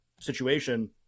situation